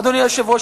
אדוני היושב-ראש,